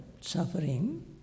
suffering